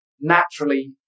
naturally